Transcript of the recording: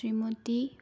শ্ৰীমতী